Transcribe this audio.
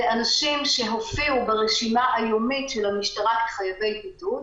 אלה אנשים שהופיעו ברשימה היומית של המשטרה כחייבי בידוד,